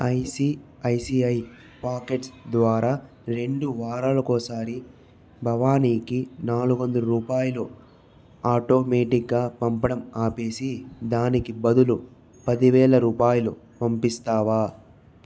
IC ICI pockets ద్వారా రెండు వారాలకోసారి భవానీకి నాలుగు వందలు రూపాయలు ఆటోమేటిక్గా పంపడం ఆపేసి దానికి బదులు పదివేల రూపాయలు పంపిస్తావా